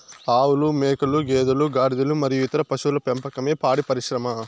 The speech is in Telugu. ఆవులు, మేకలు, గేదెలు, గాడిదలు మరియు ఇతర పశువుల పెంపకమే పాడి పరిశ్రమ